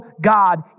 God